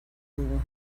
dugu